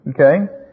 Okay